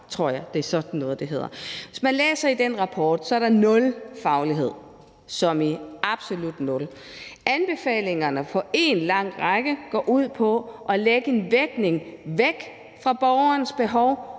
Hvis man læser i den rapport, er der nul faglighed, som i absolut nul. Anbefalingerne går på én lang række ud på at lægge en vægtning væk fra borgerens behov